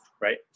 right